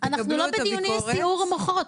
אנחנו לא בדיוני סיעור מוחות.